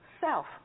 self